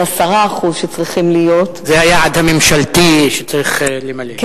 שצריכים להיות 10%. זה היעד הממשלתי שצריך למלא.